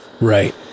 Right